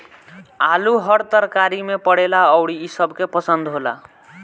आलू हर तरकारी में पड़ेला अउरी इ सबके पसंद होला